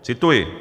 Cituji.